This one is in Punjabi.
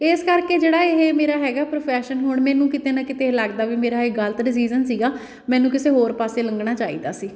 ਇਸ ਕਰਕੇ ਜਿਹੜਾ ਇਹ ਮੇਰਾ ਹੈਗਾ ਪ੍ਰੋਫੈਸ਼ਨ ਹੁਣ ਮੈਨੂੰ ਕਿਤੇ ਨਾ ਇਹ ਲੱਗਦਾ ਵੀ ਮੇਰਾ ਇਹ ਗਲਤ ਡਿਸੀਜ਼ਨ ਸੀਗਾ ਮੈਨੂੰ ਕਿਸੇ ਹੋਰ ਪਾਸੇ ਲੰਘਣਾ ਚਾਹੀਦਾ ਸੀ